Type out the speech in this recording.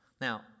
Now